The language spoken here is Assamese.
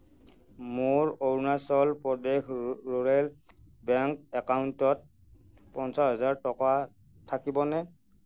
মোৰ অৰুনাচল প্ৰদেশ ৰুৰেল বেংকৰ একাউণ্টত পঞ্চাছ হাজাৰ টকা থাকিবনে